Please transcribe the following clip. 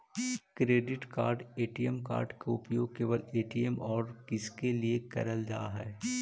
Credit card ATM card के उपयोग केवल ए.टी.एम और किसके के लिए करल जा है?